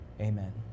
Amen